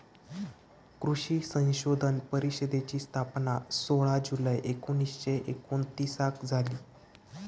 कृषी संशोधन परिषदेची स्थापना सोळा जुलै एकोणीसशे एकोणतीसाक झाली